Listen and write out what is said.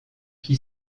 qui